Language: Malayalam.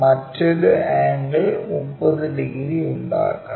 മറ്റൊരു ആംഗിൾ 30 ഡിഗ്രി ഉണ്ടാക്കണം